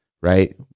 right